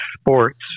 sports